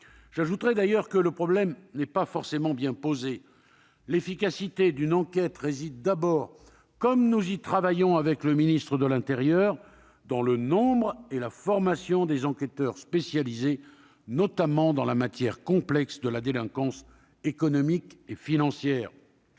J'ajoute d'ailleurs que le problème n'est pas forcément bien posé : l'efficacité d'une enquête réside d'abord- nous y travaillons avec le ministre de l'intérieur -dans le nombre et la formation des enquêteurs spécialisés, notamment dans le domaine complexe de la délinquance économique et financière.